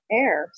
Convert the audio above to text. air